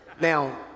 Now